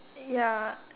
ya